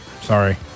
Sorry